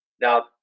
Now